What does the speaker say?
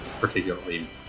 particularly